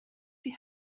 die